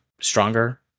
stronger